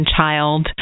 child